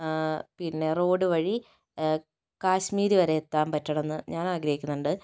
പിന്നെ റോഡ് വഴി കാശ്മീർ വരെ എത്താൻ പറ്റണമെന്ന് ഞാൻ ആഗ്രഹിക്കുന്നുണ്ട്